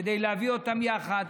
כדי להביא אותם יחד,